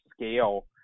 scale